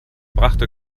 brachte